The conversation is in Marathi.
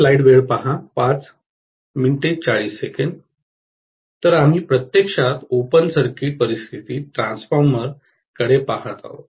तर आम्ही प्रत्यक्षात ओपन सर्किट परिस्थितीत ट्रान्सफॉर्मर कडे पहात आहोत